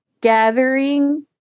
gathering